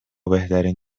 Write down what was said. بهترین